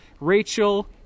Rachel